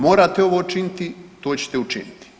Morate ovo činiti, to ćete učiniti.